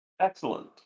Excellent